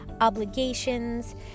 obligations